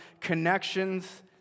connections